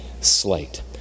slate